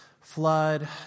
flood